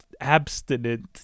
abstinent